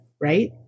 right